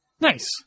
Nice